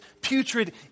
putrid